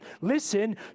Listen